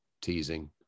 teasing